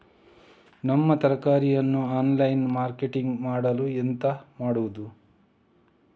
ನಮ್ಮ ತರಕಾರಿಯನ್ನು online marketing ಮಾಡಲು ಎಂತ ಮಾಡುದು?